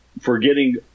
Forgetting